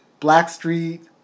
Blackstreet